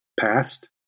past